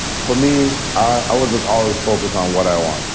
for me, i was always focused on what i want,